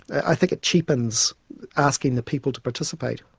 i think it cheapens asking the people to participate.